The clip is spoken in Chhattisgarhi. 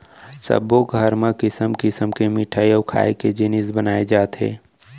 सब्बो घर म किसम किसम के मिठई अउ खाए के जिनिस बनाए जाथे